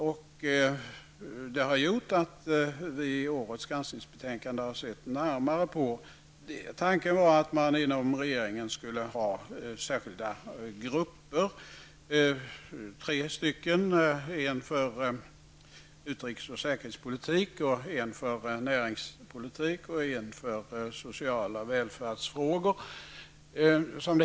Det har fått till följd att vi i årets granskningsbetänkande har sett närmare på denna omorganisation. Tanken var att man inom regeringen skulle ha tre särskilda grupper, en för utrikes och säkerhetspolitik, en för näringspolitik och en för sociala välfärdsfrågor.